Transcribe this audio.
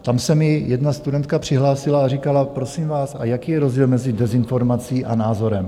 Tam se mi jedna studentka přihlásila a říkala: Prosím vás a jaký je rozdíl mezi dezinformací a názorem?